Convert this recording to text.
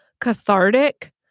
cathartic